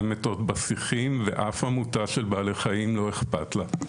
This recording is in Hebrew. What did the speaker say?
הן מתות בשיחים ואף עמותה של בעלי חיים לא איכפת לה.